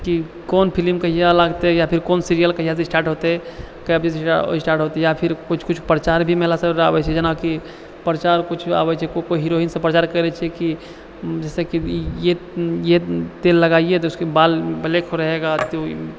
की कोन फिल्म कहिया लागतै या फेर कोन सीरीयल कहियासँ स्टार्ट होतै कए बजेसँ स्टार्ट होतै या फिर कुछ कुछ प्रचार भी महिला सब लए आबै छै जेनाकि प्रचार कुछ आबै छै कोई हीरो ही सब प्रचार करै छै की जैसे कि ये ये तेल लगाइए तऽ उससे बाल ब्लैक रहेगा